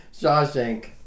Shawshank